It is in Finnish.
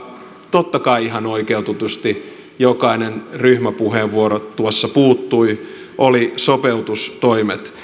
totta kai ihan oikeutetusti jokainen ryhmäpuheenvuoro tuossa puuttui oli sopeutustoimet